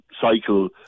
cycle